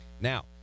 now